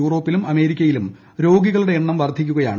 യൂറോപ്പിലും അമേരിക്കയിലും രോഗികളുടെ എണ്ണം വർദ്ധിക്കുകയാണ്